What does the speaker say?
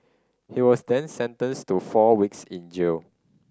he was then sentenced to four weeks in jail